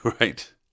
right